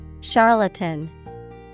Charlatan